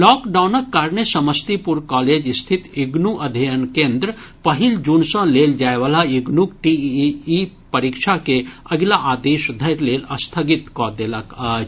लॉकडाउनक कारणे समस्तीपुर कॉलेज स्थित इग्नू अध्ययन केन्द्र पहिल जून सॅ लेल जाय वला इग्नूक टीईई परीक्षा के अगिला आदेश धरि लेल स्थगित कऽ देलक अछि